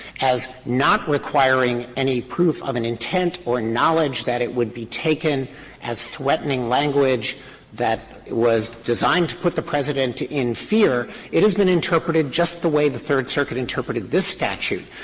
as not requiring any proof of an intent or knowledge that it would be taken as threatening language that was designed to put the president in fear. it has been interpreted just the way the third circuit interpreted this statute,